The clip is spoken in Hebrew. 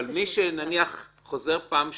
-- אבל מי שחוזר פעם שנייה,